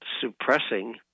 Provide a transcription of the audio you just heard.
suppressing